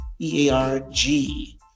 EARG